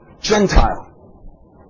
Gentile